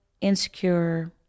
insecure